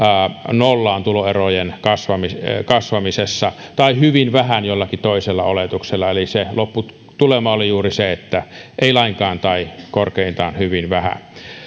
nollaan tuloerojen kasvamisessa tai hyvin vähään jollakin toisella oletuksella eli se lopputulema oli juuri se että ei lainkaan tai korkeintaan hyvin vähän